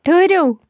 ٹھٔہرِو